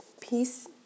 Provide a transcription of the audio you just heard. Peace